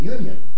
Union